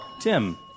Tim